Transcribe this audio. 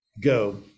go